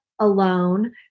alone